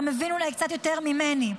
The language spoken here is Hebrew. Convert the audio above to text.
אתה מבין אולי קצת יותר ממני.